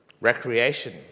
Recreation